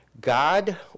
God